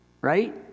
right